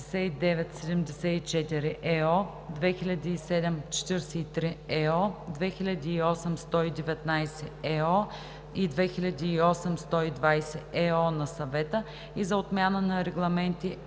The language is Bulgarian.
за отмяна на регламенти